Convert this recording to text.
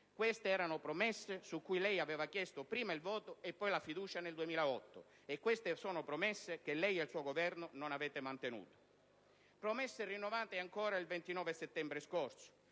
Queste erano promesse su cui lei aveva chiesto prima il voto e poi la fiducia nel 2008 e queste sono promesse che lei e il suo Governo non avete mantenuto; promesse rinnovate ancora una volta lo scorso